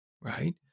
right